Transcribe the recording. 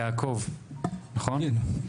יעקב, נכון?